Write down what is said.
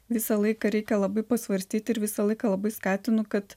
visą laiką reikia labai pasvarstyt ir visą laiką labai skatinu kad